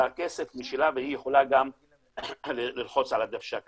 כסף משלה והיא יכולה גם ללחוץ על הדוושה קדימה.